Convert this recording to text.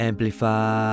Amplify